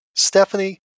Stephanie